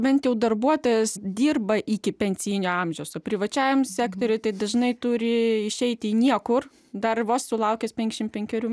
bent jau darbuotojas dirba iki pensinio amžiaus o privačiajam sektoriui tai dažnai turi išeiti niekur dar vos sulaukęs penkiasdešimt penkerių